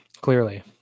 Clearly